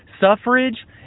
suffrage